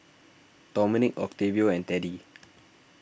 Dominique Octavio and Teddy